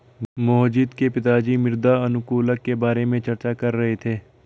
मोहजीत के पिताजी मृदा अनुकूलक के बारे में चर्चा कर रहे थे